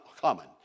common